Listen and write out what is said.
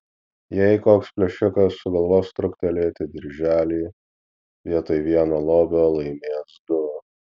jei koks plėšikas sugalvos truktelėti dirželį vietoj vieno lobio laimės du